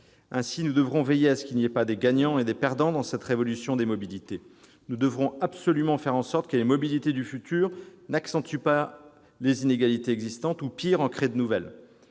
Ainsi, nous devrons veiller à ce qu'il n'y ait pas des gagnants et des perdants dans cette révolution des mobilités. Nous devrons absolument faire en sorte que les mobilités du futur n'accentuent pas les inégalités existantes ou- pire ! -qu'elles